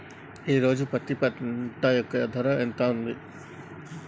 ఈ రోజు పత్తి పంట యొక్క ధర ఎంత ఉంది?